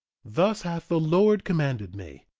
thus hath the lord commanded me.